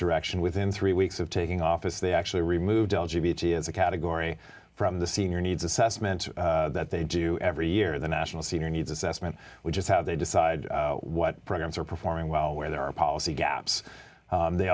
direction within three weeks of taking office they actually removed l g b t as a category from the senior needs assessment that they do every year the national senior needs assessment which is how they decide what programs are performing well where there are policy gaps they